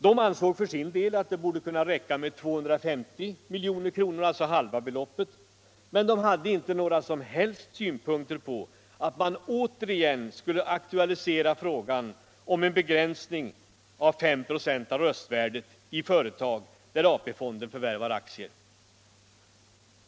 De ansåg för sin del att det borde kunna räcka med 250 milj.kr., alltså halva beloppet, men de hade icke några som helst synpunkter på att man återigen skulle aktualisera frågan om en begränsning till 5 "+ av röstvärdet i företag där AP-fonden förvärvar aktier.